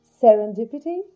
Serendipity